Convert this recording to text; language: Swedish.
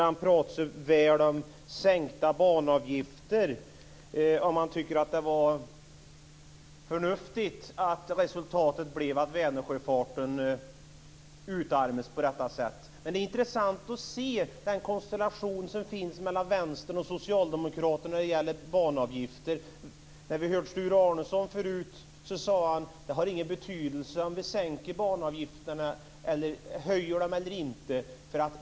Han pratade så väl om sänkta banavgifter och undrade om det är förnuftigt att resultatet blir att Vänersjöfarten utarmas på det sätt som sker. Det är intressant att se vad konstellationen Vänstern och Socialdemokraterna vill i frågan om banavgifter. Sture Arnesson sade tidigare att det inte har någon betydelse om vi höjer eller sänker banavgifterna eller inte gör det.